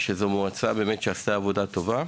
וזו באמת מועצה שעשתה עבודה טובה.